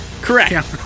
Correct